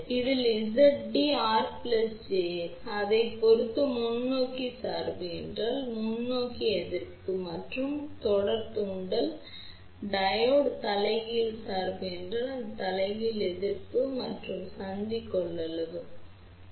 இப்போது அதைப் பொறுத்து முன்னோக்கி சார்பு என்றால் இது முன்னோக்கி எதிர்ப்பு மற்றும் தொடர் தூண்டல் டையோடு தலைகீழ் சார்பு என்றால் இது தலைகீழ் எதிர்ப்பு மற்றும் சந்தி கொள்ளளவு சரி